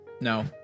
No